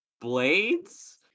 blades